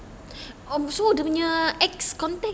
so dia punya ex contact